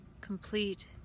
Complete